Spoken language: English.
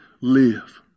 live